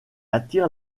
attire